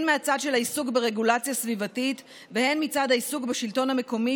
הן מהצד של העיסוק ברגולציה סביבתית והן מצד העיסוק בשלטון מקומי,